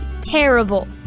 terrible